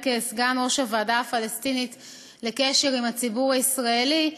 כסגן ראש הוועדה הפלסטינית לקשר עם הציבור הישראלי.